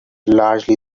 largely